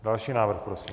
Další návrh prosím.